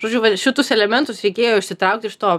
žodžiu vat šitus elementus reikėjo išsitraukt iš to